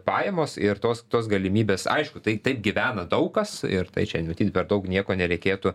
pajamos ir tos tos galimybės aišku tai taip gyvena daug kas ir tai čia matyt per daug nieko nereikėtų